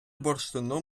бурштину